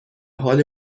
حال